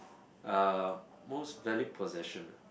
uh most valued possession ah